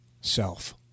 self